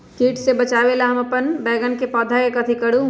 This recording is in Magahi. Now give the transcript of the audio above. किट से बचावला हम अपन बैंगन के पौधा के कथी करू?